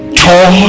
tall